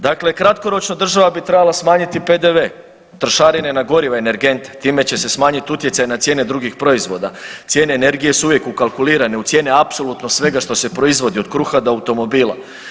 Dakle, kratkoročno, država bi trebala smanjiti PDV, trošarine na goriva i energente, time će se smanjiti utjecaj na cijene drugih proizvoda, cijene energije su uvijek ukalkulirane u cijene apsolutno svega što se proizvodi od kruha do automobila.